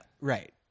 right